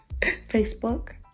Facebook